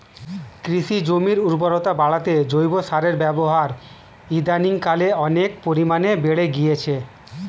কৃষি জমির উর্বরতা বাড়াতে জৈব সারের ব্যবহার ইদানিংকালে অনেক পরিমাণে বেড়ে গিয়েছে